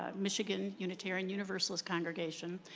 michigan, unitarian universalist congregation.